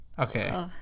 Okay